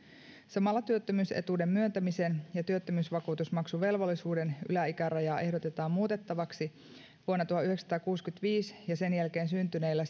samalla työttömyysetuuden myöntämisen ja työttömyysvakuutusmaksuvelvollisuuden yläikärajaa ehdotetaan muutettavaksi vuonna tuhatyhdeksänsataakuusikymmentäviisi ja sen jälkeen syntyneillä